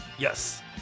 Yes